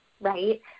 right